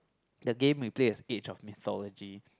the game we played is age of mythology